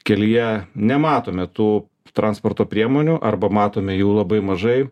kelyje nematome tų transporto priemonių arba matome jų labai mažai